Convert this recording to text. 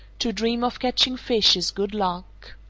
to dream of catching fish is good luck.